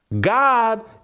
God